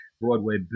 Broadway